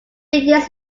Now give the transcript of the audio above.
years